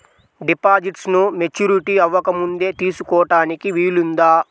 డిపాజిట్ను మెచ్యూరిటీ అవ్వకముందే తీసుకోటానికి వీలుందా?